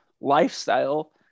lifestyle